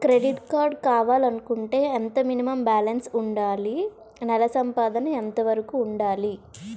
Credit card కావాలి అనుకుంటే ఎంత మినిమం బాలన్స్ వుందాలి? నెల సంపాదన ఎంతవరకు వుండాలి?